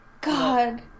God